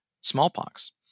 smallpox